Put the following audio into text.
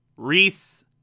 Reese